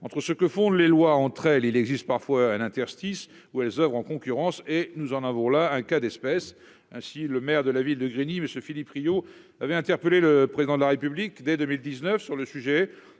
Entre les différentes lois, il existe parfois un interstice où elles interviennent en concurrence. Nous en avons là un cas d'espèce. Ainsi, le maire de la ville de Grigny, M. Philippe Rio, avait interpellé le Président de la République dès 2019 sur une